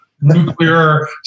Nuclear